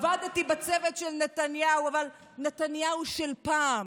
עבדתי בצוות של נתניהו, אבל נתניהו של פעם,